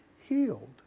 healed